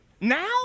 Now